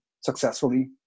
successfully